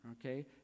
okay